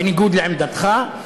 בניגוד לעמדתך.